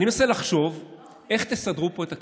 אני מנסה לחשוב איך תסדרו פה את הכיסאות,